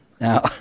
Now